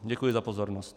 Děkuji za pozornost.